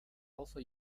also